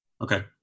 Okay